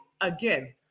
again